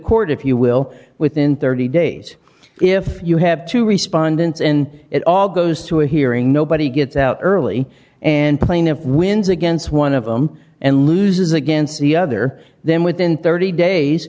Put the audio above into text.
court if you will within thirty days if you have to respond it's and it all goes to a hearing nobody gets out early and plaintiff wins against one of them and loses against the other then within thirty days